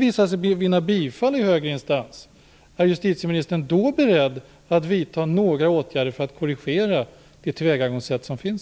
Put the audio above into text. visa sig vinna bifall i högre instans, är justitieministern då beredd att vidta några åtgärder för att korrigera det tillvägagångssätt som finns?